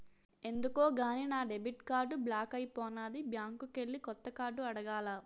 ఎందుకో గాని నా డెబిట్ కార్డు బ్లాక్ అయిపోనాది బ్యాంకికెల్లి కొత్త కార్డు అడగాల